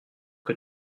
que